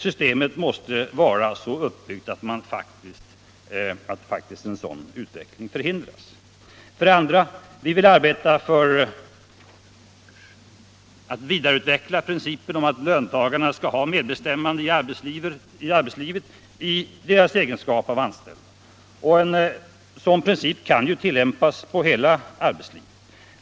Systemet måste vara så uppbyggt att en sådan utveckling faktiskt förhindras. För det andra: Vi vill arbeta vidare efter principen att löntagarna skall ha medbestämmande i arbetslivet i sin egenskap av anställda. En sådan princip kan tillämpas på hela arbetslivet.